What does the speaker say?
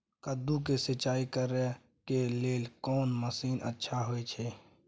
कद्दू के सिंचाई करे के लेल कोन मसीन अच्छा होय छै?